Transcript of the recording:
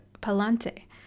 Palante